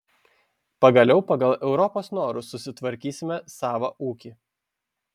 pagaliau pagal europos norus susitvarkysime savą ūkį